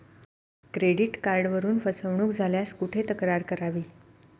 Credit कार्डवरून फसवणूक झाल्यास कुठे तक्रार करावी?